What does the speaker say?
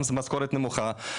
גם משכורת נמוכה,